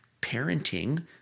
parenting